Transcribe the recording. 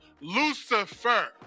Lucifer